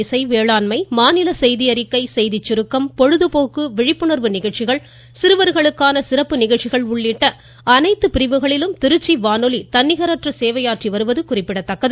இசை வேளாண்மை மாநில செய்தியறிக்கை செய்திச்சுருக்கம் கர்நாடக பொழுதுபோக்கு விழிப்புணர்வு நிகழ்ச்சிகள் சிறுவர்களுக்கான சிறப்பு நிகழ்ச்சிகள் உள்ளிட்ட அனைத்து பிரிவுகளிலும் திருச்சி வானொலி தன்னிகரற்ற சேவையாற்றி வருவது குறிப்பிடத்தக்கது